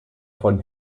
von